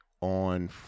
on